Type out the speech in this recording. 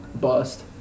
Bust